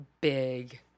big